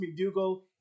McDougall